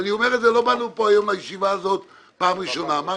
לא באנו היום לישיבה הזאת פעם ראשונה אמר